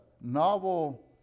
novel